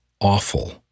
awful